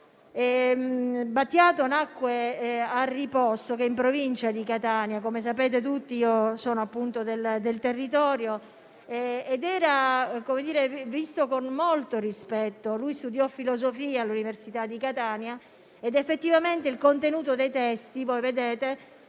Battiato nacque a Riposto, in provincia di Catania - come sapete, quello è anche il mio territorio - ed era visto con molto rispetto. Studiò filosofia all'Università di Catania ed effettivamente il contenuto dei suoi testi